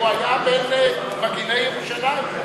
הוא היה בין מגיני ירושלים.